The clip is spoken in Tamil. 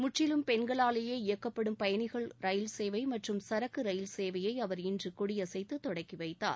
முற்றிலும் பெண்களாலேயே இயக்கப்படும் பயணிகள் ரயில் சேவை மற்றும் சரக்கு ரயில் சேவையை அவர் இன்று கொடியசைத்து தொடக்கி வைத்தார்